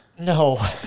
No